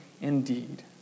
indeed